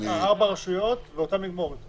ארבע רשויות, ואותן נגמור?